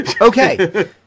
Okay